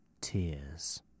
tears